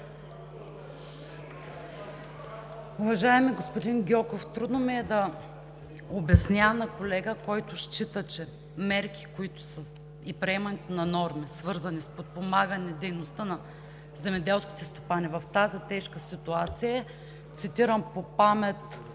Уважаеми господин Гьоков, трудно ми е да обясня на колега, който счита, че мерките и приемането на норми, свързани с подпомагане дейността на земеделските стопани в тази тежка ситуация, цитирам по памет